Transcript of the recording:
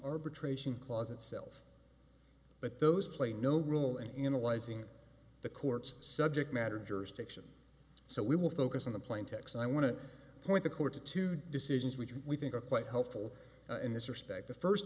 arbitration clause itself but those play no role in analyzing the courts subject matter jurisdiction so we will focus on the plain text i want to point the court to two decisions which we think of quite helpful in this respect the first